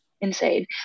insane